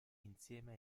insieme